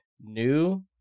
new